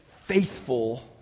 faithful